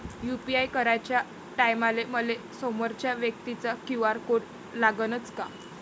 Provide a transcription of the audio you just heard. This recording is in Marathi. यू.पी.आय कराच्या टायमाले मले समोरच्या व्यक्तीचा क्यू.आर कोड लागनच का?